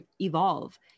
evolve